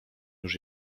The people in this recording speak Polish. już